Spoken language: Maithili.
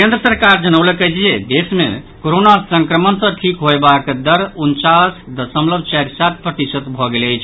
केन्द्र सरकार जनौलक अछि जे देश मे कोरोना संक्रमण सँ ठीक होयबाक दर उनचास दशमलव चारि सात प्रतिशत भऽ गेल अछि